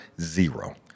zero